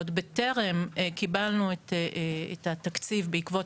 ועוד בטרם קיבלנו את התקציב בעקבות